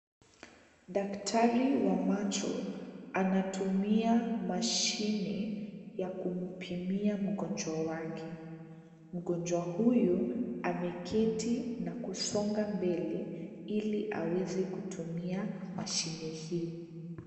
Daktari wa macho anatumia mashine ya kumpimia mgonjwa wake. Mgonjwa huyu ameketi na kusonga mbele ili aweze kutumia mashine hii.